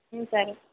సరే